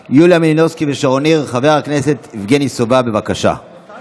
אני קובע שהצעת חוק הנכים (תגמולים ושיקום) (תיקון,